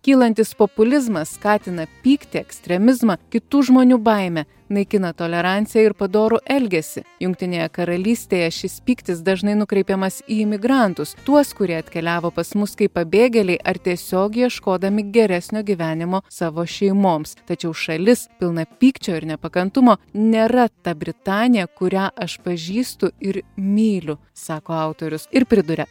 kylantis populizmas skatina pyktį ekstremizmą kitų žmonių baimę naikina toleranciją ir padorų elgesį jungtinėje karalystėje šis pyktis dažnai nukreipiamas į imigrantus tuos kurie atkeliavo pas mus kaip pabėgėliai ar tiesiog ieškodami geresnio gyvenimo savo šeimoms tačiau šalis pilna pykčio ir nepakantumo nėra ta britanija kurią aš pažįstu ir myliu sako autorius ir priduria